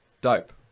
dope